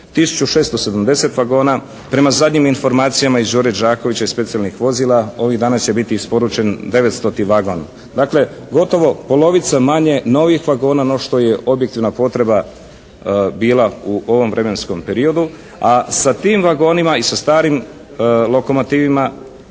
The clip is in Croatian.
670 vagona. Prema zadnjim informacijama iz "Đure Đakovića" i specijalnih vozila ovih dana će biti isporučen 900. vagon. Dakle, gotovo polovica manje novih vagona no što je objektivna potreba bila u ovom vremenskom periodu a sa tim vagonima i sa starim lokomotivama,